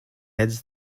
heads